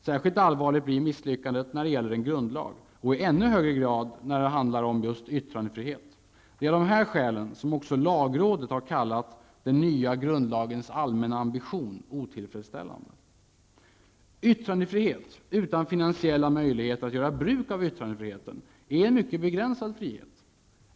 Särskilt allvarligt blir misslyckandet när det gäller en grundlag, och i ännu högre grad när det handlar om just yttrandefriheten. Det är av dessa skäl som också lagrådet har kallat ''den nya grundlagens allmänna ambition -- otillfredsställande''. Yttrandefrihet, utan finansiella möjligheter att göra bruk av yttrandefriheten, är en mycket begränsad frihet.